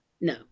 No